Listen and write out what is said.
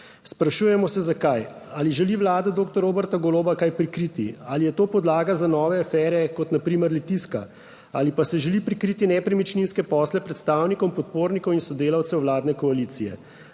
Sprašujemo se, zakaj? Ali želi Vlada doktor Roberta Goloba kaj prikriti? Ali je to podlaga za nove afere, kot na primer Litijska, ali pa se želi prikriti nepremičninske posle predstavnikom podpornikov in sodelavcev vladne koalicije?